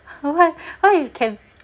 what why you can